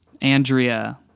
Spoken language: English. Andrea